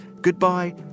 Goodbye